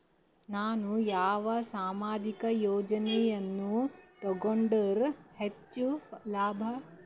ನಾನು ಯಾವ ಸಾಮಾಜಿಕ ಯೋಜನೆಯನ್ನು ತಗೊಂಡರ ಹೆಚ್ಚು ಲಾಭ?